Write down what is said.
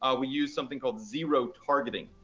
ah we use something called zero targeting,